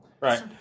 Right